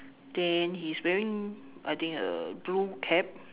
then he's wearing I think a blue cap